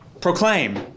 proclaim